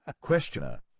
Questioner